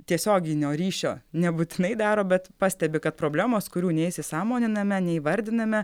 tiesioginio ryšio nebūtinai daro bet pastebi kad problemos kurių neįsisąmoniname neįvardiname